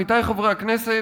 עמיתי חברי הכנסת,